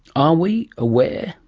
are we? aware?